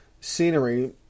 scenery